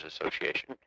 association